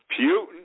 Putin